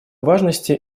важности